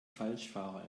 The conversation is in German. falschfahrer